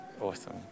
Awesome